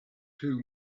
too